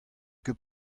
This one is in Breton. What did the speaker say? ket